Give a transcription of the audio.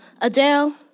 Adele